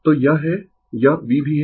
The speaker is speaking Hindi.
Refer Slide Time 0024 तो यह है यह V भी है